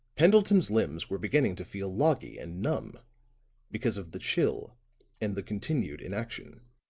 pendleton's limbs were beginning to feel loggy and numb because of the chill and the continued inaction.